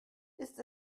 ist